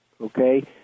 okay